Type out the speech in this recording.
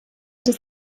des